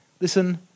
Listen